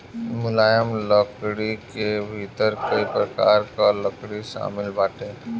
मुलायम लकड़ी के भीतर कई प्रकार कअ लकड़ी शामिल बाटे